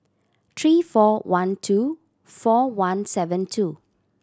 three four one two four one seven two